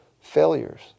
failures